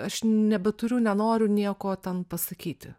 aš nebeturiu nenoriu nieko ten pasakyti